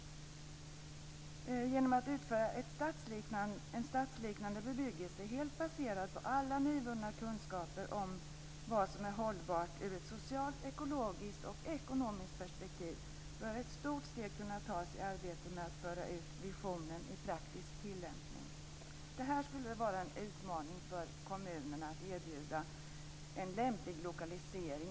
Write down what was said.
Genom att uppföra en stadsliknande bebyggelse, helt baserad på alla nyvunna kunskaper om vad som är hållbart ur ett socialt, ekologiskt och ekonomiskt perspektiv, bör ett stort steg kunna tas i arbetet med att föra ut visionen i praktisk tillämpning. Det skulle väl vara en utmaning för kommunerna att erbjuda en lämplig lokalisering.